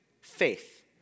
faith